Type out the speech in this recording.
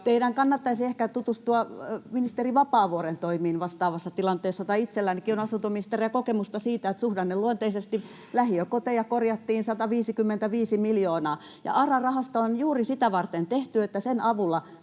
kannattaisi ehkä tutustua ministeri Vapaavuoren toimiin vastaavassa tilanteessa, tai itsellänikin on asuntoministerinä kokemusta siitä, että suhdanneluonteisesti lähiökoteja korjattiin 155 miljoonalla. ARA-rahasto on juuri sitä varten tehty, että sen avulla